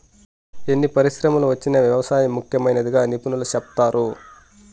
ఎన్ని పరిశ్రమలు వచ్చినా వ్యవసాయం ముఖ్యమైనదిగా నిపుణులు సెప్తారు